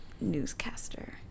newscaster